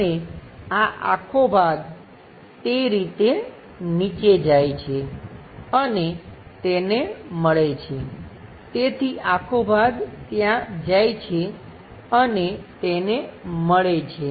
અને આ આખો ભાગ તે રીતે નીચે જાય છે અને તેને મળે છે તેથી આખો ભાગ ત્યાં જાય છે અને તેને મળે છે